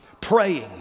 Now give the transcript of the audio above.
Praying